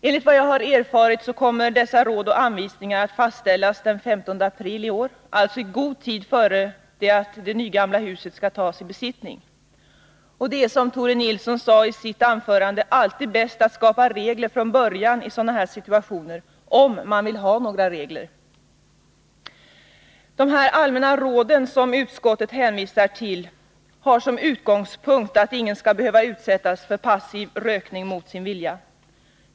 Enligt vad jag har erfarit kommer dessa råd och anvisningar att fastställas den 15 april i år, alltså i god tid innan det nygamla huset tas i besittning. Som Tore Nilsson sade i sitt anförande är det i sådana här situationer alltid bäst att skapa regler från början, om man vill ha några regler. Nr 113 De allmänna råd som utskottet hänvisar till har som utgångspunkt att inga skall behöva utsättas för passiv rökning mot sin vilja.